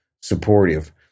supportive